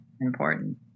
important